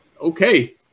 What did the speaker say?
Okay